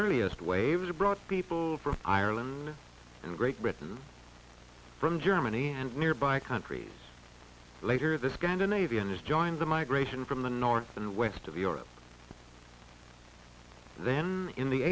earliest waves brought people from ireland and great britain from germany and nearby countries later this got a navy and is joined the migration from the north and west of europe then in the